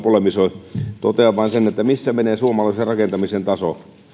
polemisoi kysyn vain missä menee suomalaisen rakentamisen taso